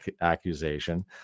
accusation